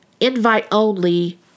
invite-only